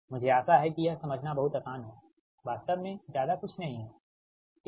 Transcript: मुझे आशा है कि यह समझना बहुत आसान है वास्तव में ज्यादा कुछ नहीं है ठीक है